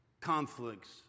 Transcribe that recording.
conflicts